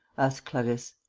asked clarisse.